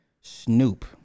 Snoop